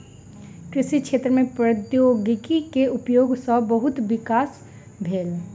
कृषि क्षेत्र में प्रौद्योगिकी के उपयोग सॅ बहुत विकास भेल